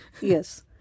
Yes